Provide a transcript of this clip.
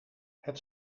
het